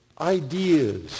Ideas